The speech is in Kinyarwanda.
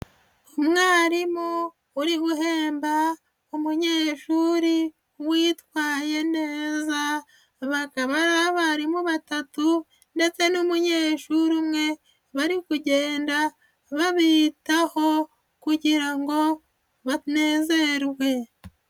Umwarimu uri guhemba umunyeshuri witwaye neza, bakaba ari abarimu batatu ndetse n'umunyeshuri umwe, bari kugenda babitaho kugira ngo banezarwe.